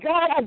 God